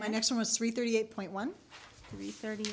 my next one was three thirty eight point one three thirty